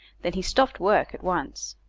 then he stopped work at once.